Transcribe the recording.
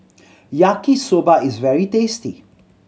Yaki Soba is very tasty